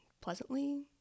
pleasantly